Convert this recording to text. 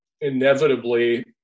inevitably